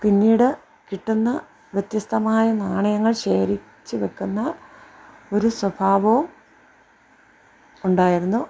പിന്നീട് കിട്ടുന്ന വ്യത്യസ്തമായ നാണയങ്ങൾ ശേഖരിച്ച് വെക്കുന്ന ഒരു സ്വഭാവോം ഉണ്ടായിരുന്നു